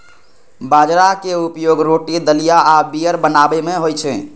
बाजराक उपयोग रोटी, दलिया आ बीयर बनाबै मे होइ छै